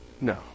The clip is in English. No